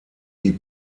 die